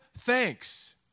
thanks